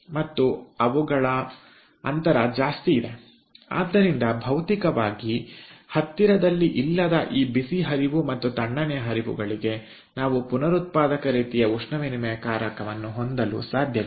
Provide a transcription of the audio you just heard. ಮತ್ತು ಅವುಗಳ ಅಂತರ ಜಾಸ್ತಿ ಇದೆ ಆದ್ದರಿಂದ ಭೌತಿಕವಾಗಿ ಹತ್ತಿರದಲ್ಲಿ ಇಲ್ಲದ ಈ ಬಿಸಿ ಹರಿವು ಮತ್ತು ತಣ್ಣನೆಯ ಹರಿವುಗಳಿಗೆ ನಾವು ಪುನರುತ್ಪಾದಕ ರೀತಿಯ ಉಷ್ಣವಿನಿಮಯಕಾರಕವನ್ನು ಹೊಂದಲು ಸಾಧ್ಯವಿಲ್ಲ